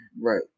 Right